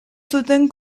zuten